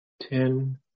ten